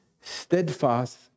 steadfast